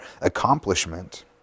accomplishment